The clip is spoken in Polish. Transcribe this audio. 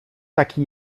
taki